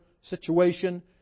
situation